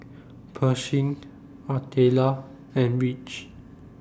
Pershing Artelia and Ridge